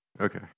okay